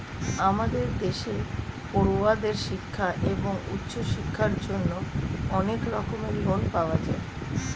আমাদের দেশে পড়ুয়াদের শিক্ষা এবং উচ্চশিক্ষার জন্য অনেক রকমের লোন পাওয়া যায়